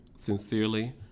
Sincerely